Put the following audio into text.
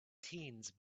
teens